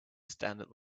standard